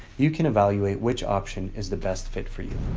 you can evaluate which option is the best fit for you.